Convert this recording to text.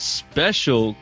special